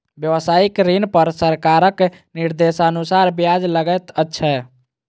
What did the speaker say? व्यवसायिक ऋण पर सरकारक निर्देशानुसार ब्याज लगैत छै